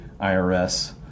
IRS